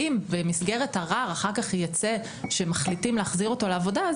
אם במסגרת של ערר מחליטים להחזיר אותו לעבודה,